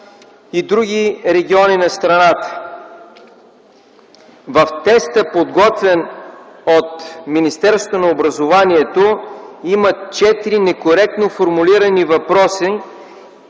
и други региони на страната. В теста, подготвен от Министерството на образованието, има четири некоректно формулирани въпроса